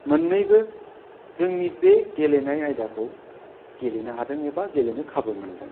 मोन्नैबो जोंनि बे गेलेनाय आयदाखौ गेलेनो हादों एबा गेलेनो खाबु मोनदों